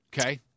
Okay